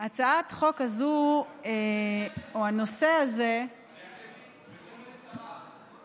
הצעת החוק הזו או הנושא הזה, בשם מי גברתי משיבה?